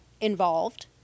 involved